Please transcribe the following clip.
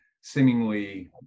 seemingly